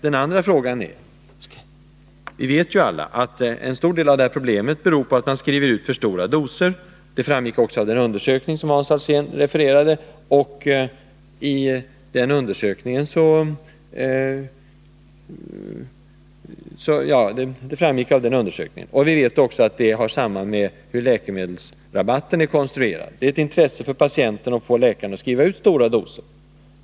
Den andra frågan gäller, som vi alla vet, att en stor del av det här problemet beror på att alltför stora doser skrivs ut. Det framgick också av den undersökning som Hans Alsén refererade. Vi vet också att problemet hör samman med hur läkemedelsrabatten är konstruerad. Patienten har intresse av att få läkaren att skriva ut stora doser.